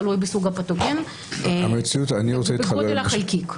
תלוי בסוג הפתוגן וגודל החלקיק.